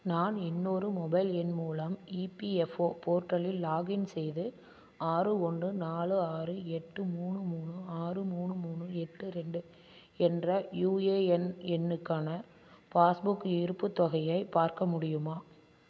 நான் இன்னொரு மொபைல் எண் மூலம் இபிஎஃப்ஓ போர்ட்டலில் லாக்இன் செய்து ஆறு ஒன்று நாலு ஆறு எட்டு மூணு மூணு ஆறு மூணு மூணு எட்டு ரெண்டு என்ற யுஏஎன் எண்ணுக்கான பாஸ்புக் இருப்புத் தொகையை பார்க்க முடியுமா